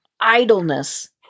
idleness